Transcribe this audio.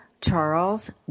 Charles